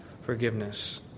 forgiveness